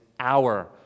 hour